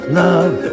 love